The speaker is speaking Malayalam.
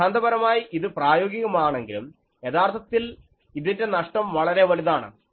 സിദ്ധാന്തപരമായി ഇത് പ്രായോഗികമാണെങ്കിലും യഥാർത്ഥത്തിൽ ഇതിൻറെ നഷ്ടം വളരെ വലുതാണ്